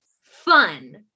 fun